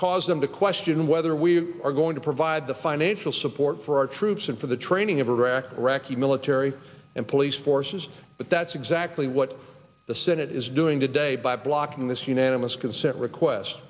cause them to question whether we are going to provide the financial support for our troops and for the training of iraqi recchi military and police forces but that's exactly what the senate is doing today by blocking this unanimous consent request